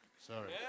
Sorry